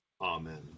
Amen